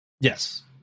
yes